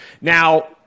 Now